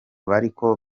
bariko